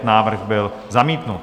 Návrh byl zamítnut.